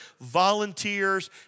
volunteers